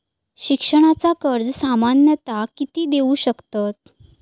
शिक्षणाचा कर्ज सामन्यता किती देऊ शकतत?